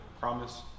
promise